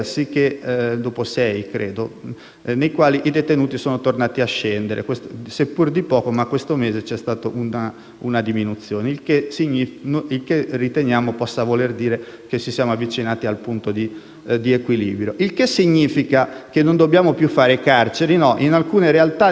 nel quale i detenuti sono tornati a scendere, seppur di poco. Ad ogni modo, questo mese c'è stata una diminuzione, che riteniamo possa voler dire che ci siamo avvicinati al punto di equilibrio. Ciò significa che non dobbiamo più fare carceri? No, in alcune realtà avevamo pensato si potesse